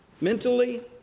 mentally